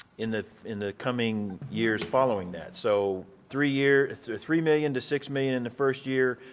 in the in the coming years following that so three year three million to six million in the first year,